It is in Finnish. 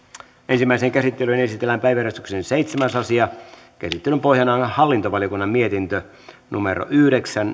ensimmäiseen käsittelyyn esitellään päiväjärjestyksen seitsemäs asia käsittelyn pohjana on hallintovaliokunnan mietintö yhdeksän